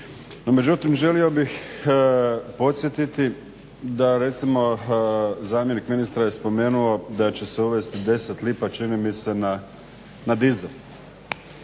međutim, želio bih podsjetiti da recimo zamjenik ministra je spomenuo da će se uvesti 10 lipa čini mi se na dizel.